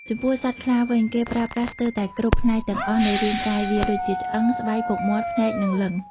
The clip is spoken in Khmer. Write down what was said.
ចំពោះសត្វខ្លាវិញ គេប្រើប្រាស់ស្ទើរតែគ្រប់ផ្នែកទាំងអស់នៃរាងកាយវា ដូចជា ឆ្អឹង ស្បែក ពុកមាត់ ភ្នែក និង លិង្គ ។